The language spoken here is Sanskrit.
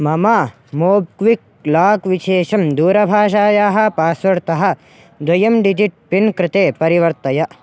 मम मोब्क्विक् लाक् विशेषं दूरभाषायाः पास्वर्ड् तः द्वयं डिजिट् पिन् कृते परिवर्तय